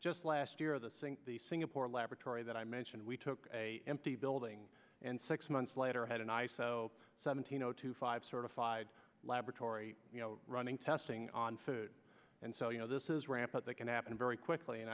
just last year the sink the singapore laboratory that i mentioned we took a empty building and six months later had an iso seventeen o two five certified laboratory running testing on food and so you know this is rampant that can happen very quickly and